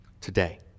today